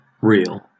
real